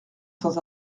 sans